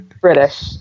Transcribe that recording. British